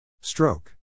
Stroke